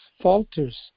falters